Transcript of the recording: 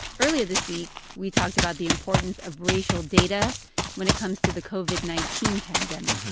earlier this week, we talked about the importance of racial data when it comes to the covid nineteen pandemic